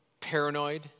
paranoid